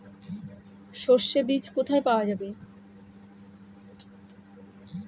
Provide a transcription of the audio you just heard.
সর্ষে বিজ কোথায় পাওয়া যাবে?